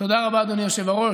תודה רבה, אדוני היושב-ראש.